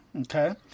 Okay